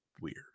weird